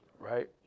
right